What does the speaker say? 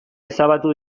ezabatu